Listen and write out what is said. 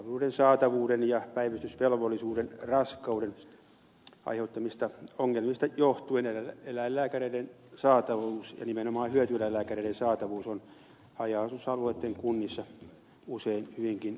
palveluiden saatavuuden ja päivystysvelvollisuuden raskauden aiheuttamista ongelmista johtuen eläinlääkäreiden saatavuus ja nimenomaan hyötyeläinlääkäreiden saatavuus on haja asutusalueitten kunnissa usein hyvinkin hankalaa